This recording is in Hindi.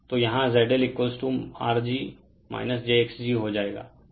तो यहाँ ZLRg jxg हो जाएगा